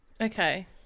Okay